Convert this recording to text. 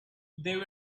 there